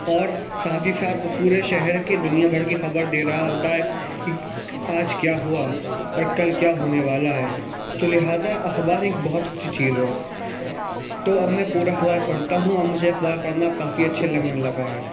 اور ساتھ ہی ساتھ وہ پورے شہر کے دنیا بھر کی خبر دے رہا ہوتا ہے کہ آج کیا ہوا اور کل کیا ہونے والا ہے تو لہٰذا اخبار ایک بہت اچھی چیز ہے تو اب میں پورا اخبار پڑھتا ہوں اور مجھے اخبار پڑھنا کافی اچھے لگنے لگا ہے